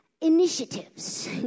initiatives